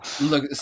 Look